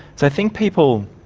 so i think people,